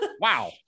Wow